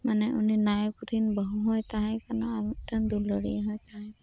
ᱢᱟᱱᱮ ᱩᱱᱤ ᱱᱟᱭᱚᱠ ᱨᱮᱱ ᱵᱟᱹᱦᱩ ᱦᱚᱸᱭ ᱛᱟᱦᱮᱸ ᱠᱟᱱᱟ ᱟᱨ ᱢᱤᱫᱴᱟᱝ ᱫᱩᱞᱟᱹᱲᱤᱭᱟᱹ ᱦᱚᱸᱭ ᱛᱟᱦᱮᱸ ᱠᱟᱱᱟ